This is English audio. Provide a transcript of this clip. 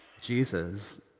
Jesus